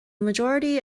majority